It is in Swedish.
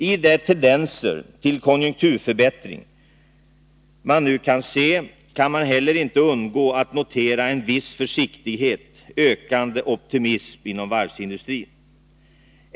I de tendenser till konjunkturförbättring som man nu kan se kan man heller inte undgå att notera en viss, försiktigt ökande, optimism inom varvsindustrin.